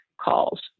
calls